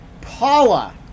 Paula